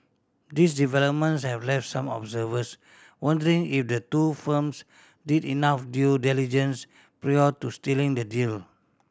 these developments have left some observers wondering if the two firms did enough due diligence prior to sealing the deal